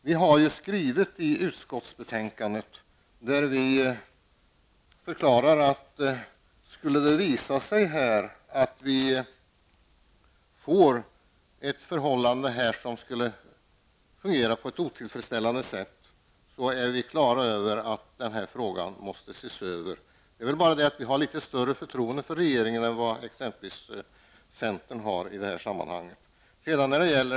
Vi har ju i betänkandet förklarat att skulle det visa sig att förhållandena här kommer att fungera på ett otillfredsställande sätt är vi på det klara med att den här frågan måste ses över. Det är bara det att vi har litet större förtroende för regeringen än vad exempelvis centern har i det här sammanhanget.